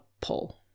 pull